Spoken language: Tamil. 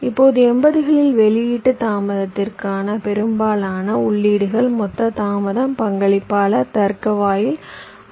இப்போது 80 களில் வெளியீட்டு தாமதத்திற்கான பெரும்பாலான உள்ளீடுகள் மொத்த தாமதம் பங்களிப்பாளர் தர்க்க வாயில் ஆகும்